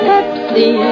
Pepsi